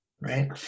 right